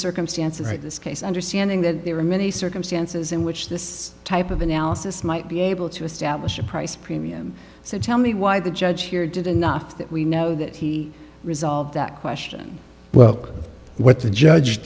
circumstances this case understanding that there are many circumstances in which this type of analysis might be able to establish a price premium so tell me why the judge here did enough that we know that he resolved that question well what the judge